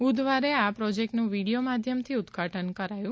બુધવારે આ પ્રોજેક્ટનું વીડિયો માધ્યમથી ઉદ્વાટન કર્યું